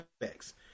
effects